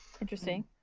Interesting